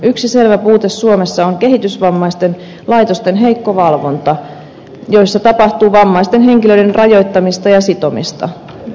yksi selvä puute suomessa on heikko valvonta kehitysvammaisten laitoksissa joissa tapahtuu vammaisten henkilöiden rajoittamista ja sitomista